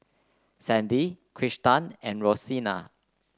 Sandy Kristan and Rosina